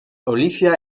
olivia